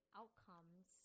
outcomes